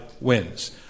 wins